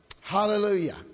Hallelujah